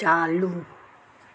चालू